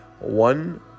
one